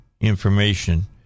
information